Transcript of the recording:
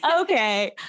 Okay